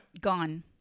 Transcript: Gone